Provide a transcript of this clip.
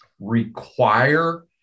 require